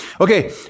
Okay